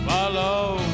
Follow